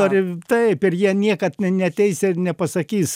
nori taip ir jie niekad ne neateis ir nepasakys